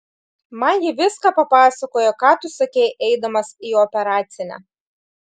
man ji viską papasakojo ką tu sakei eidamas į operacinę